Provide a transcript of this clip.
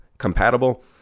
compatible